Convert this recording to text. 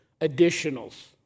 additionals